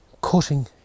cutting